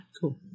Cool